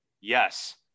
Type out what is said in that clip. yes